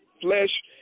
flesh